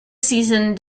season